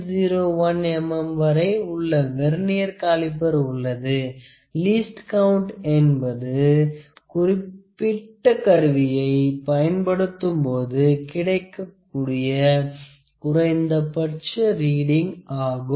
01 mm வரை உள்ள vernier calliper உள்ளது லீஸ்ட் கவுன்ட் என்பது குறிப்பிட்ட கருவியை பயன்படுத்தும்போது கிடைக்கக்கூடிய குறைந்தபட்ச ரீடிங் ஆகும்